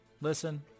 Listen